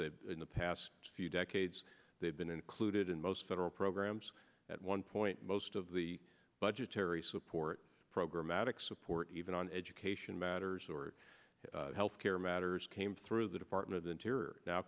that in the past few decades they've been included in most federal programs at one point most of the budgetary support programatic support even on education matters or healthcare matters came through the department of interior now